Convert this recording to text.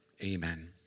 amen